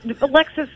Alexis